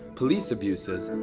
police abuses, and